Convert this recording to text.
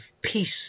Peace